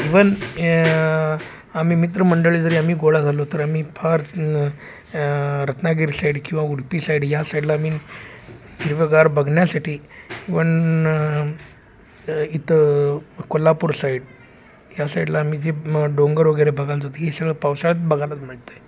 even हे आम्ही मित्रमंडळी जरी आम्ही गोळा झालो तर आम्ही फार न रत्नागिरी साईड किंवा उडपी साईड या साईडला आम्ही हिरवगार बघण्यासाठी इवन इथं कोल्हापूर साईड या साईडला आम्ही जे मग डोंगर वगैरे बघायला जातो ही सगळं पावसाळ्यात बघायला मिळतं आहे